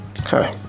okay